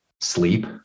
sleep